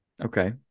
Okay